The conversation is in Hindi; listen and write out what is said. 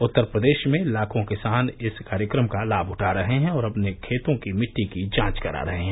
उत्तर प्रदेश में लाखों किसान इस कार्यक्रम का लाभ उठा रहे हैं और अपने खेतों की मिट्टी की जांच करा रहे हैं